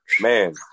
Man